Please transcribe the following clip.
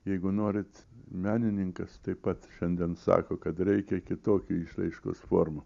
jeigu norit menininkas taip pat šiandien sako kad reikia kitokių išraiškos formų